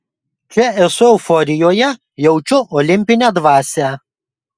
čia esu euforijoje jaučiu olimpinę dvasią